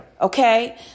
Okay